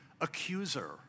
accuser